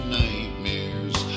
nightmares